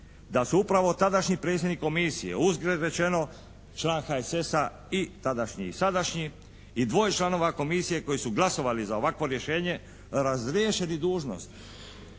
da su upravo tadašnji predsjednik komisije, uzgred rečeno član HSS-a i tadašnji i sadašnji i dvoje članova komisije koji su glasovali za ovakvo rješenje razriješili dužnost